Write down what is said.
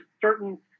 certain